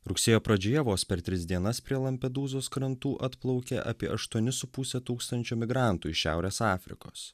rugsėjo pradžioje vos per tris dienas prie lampedūzos krantų atplaukė apie aštuoni su puse tūkstančio migrantų iš šiaurės afrikos